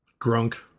Grunk